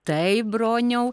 taip broniau